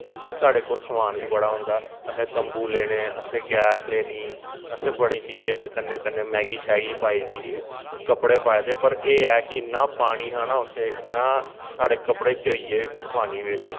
कि के साह्ड़े कोल समान बी बड़ा होदा असें तम्बू लेने असें गैस लेनी असें बड़ी चीजें असें कन्नै कन्नै असें मैगी शैगी पाई दी ही ते कपड़े पाए दे पर एह् ऐ कि इन्ना पानी हा ना उत्थै इन्ना स्हाड़े कपड़े चौई गे पानी बिच्च